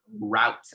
route